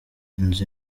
inzu